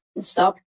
stop